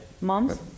Moms